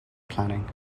planning